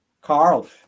Carl